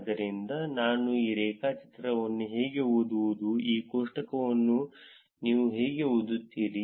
ಆದ್ದರಿಂದ ನಾನು ಈ ರೇಖಾಚಿತ್ರವನ್ನು ಹೇಗೆ ಓದುವುದು ಈ ಕೋಷ್ಟಕವನ್ನು ನೀವು ಹೇಗೆ ಓದುತ್ತೀರಿ